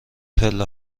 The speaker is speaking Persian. پله